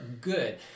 good